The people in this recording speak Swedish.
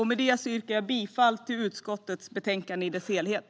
Med det yrkar jag bifall till utskottets förslag i dess helhet.